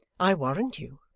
i warrant you,